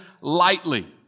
lightly